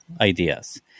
ideas